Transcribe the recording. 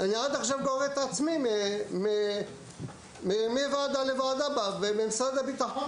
עד עכשיו אני גורר את עצמי מוועדה לוועדה במשרד הבטחון,